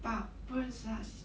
but 不知道